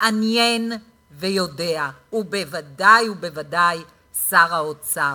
מתעניין ויודע, ובוודאי שר האוצר.